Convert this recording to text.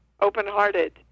open-hearted